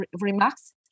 remarks